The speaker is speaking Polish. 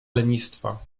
lenistwa